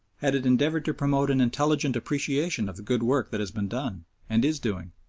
had it endeavoured to promote an intelligent appreciation of the good work that has been done and is doing,